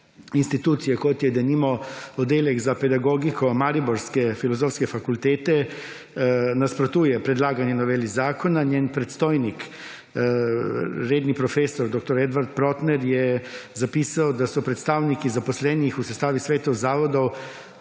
institucije kot je edino oddelek za pedagogiko mariborske filozofske fakultete nasprotuje predlagani noveli zakona, njen predstojnik redni profesor dr. Edvard Protner je zapisal, da so predstavniki zaposlenih v sestavu svetov zavodov